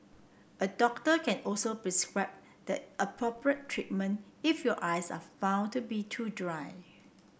a doctor can also prescribe the appropriate treatment if your eyes are found to be too dry